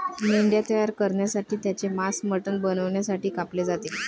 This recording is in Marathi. मेंढ्या तयार करण्यासाठी त्यांचे मांस मटण बनवण्यासाठी कापले जाते